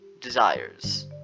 desires